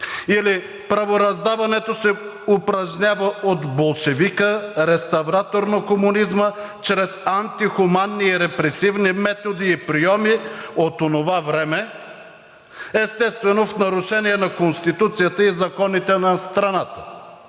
или правораздаването се упражнява от болшевика, реставратор на комунизма чрез антихуманни и репресивни методи и прийоми от онова време, естествено, в нарушение на Конституцията и законите на страната,